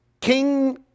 King